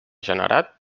generat